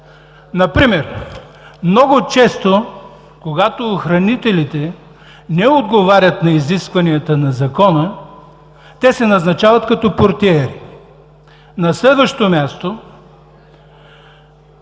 Например много често, когато охранителите не отговарят на изискванията на Закона, те се назначават като портиери. На следващо място,